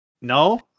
No